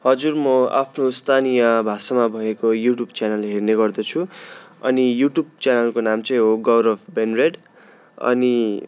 हजुर म आफ्नो स्थानीय भाषामा भएको युट्युब च्यानल हेर्ने गर्दछु अनि युट्युब च्यानलको नाम चाहिँ हो गौरव बेनरेड अनि